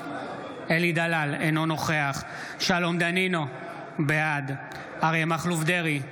אינו נוכח שלום דנינו, בעד אריה מכלוף דרעי,